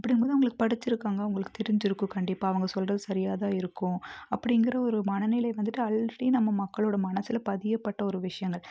அப்படிங்கும்போது அவங்க படிச்சிருக்காங்க அவங்களுக்கு தெரிஞ்சிருக்கும் கண்டிப்பாக அவங்க சொல்கிறது சரியாகதான் இருக்கும் அப்படிங்குற ஒரு மனநிலை வந்துட்டு ஆல்ரெடி நம்ம மக்களோடய மனசில் பதியப்பட்ட ஒரு விஷயங்கள்